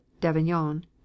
d'Avignon